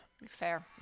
Fair